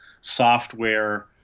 software